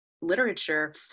literature